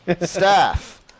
Staff